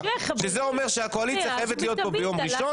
זה אומר שהקואליציה חייבת להיות פה ביום ראשון.